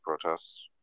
protests